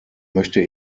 möchte